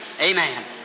Amen